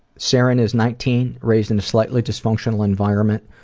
so and is nineteen, raised in a slightly dis functional environment,